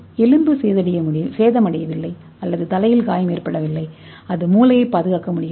எலும்பு சேதமடையவில்லை அல்லது தலையில் காயம் ஏற்படவில்லை அது மூளையை பாதுகாக்க முடிகிறது